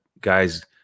guys